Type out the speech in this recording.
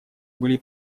были